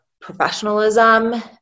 professionalism